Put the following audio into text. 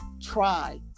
try